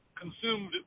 consumed